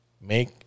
Make